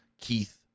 Keith